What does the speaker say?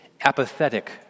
apathetic